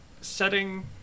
setting